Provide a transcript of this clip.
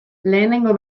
lehenengo